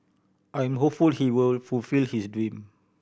I am hopeful he will fulfil his dream